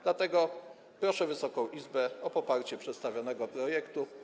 Dlatego proszę Wysoką Izbę o poparcie przedstawionego projektu.